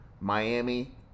Miami